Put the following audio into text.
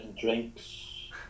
Drinks